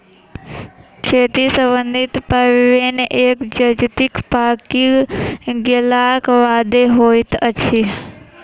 खेती सम्बन्धी पाबैन एक जजातिक पाकि गेलाक बादे होइत अछि